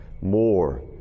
More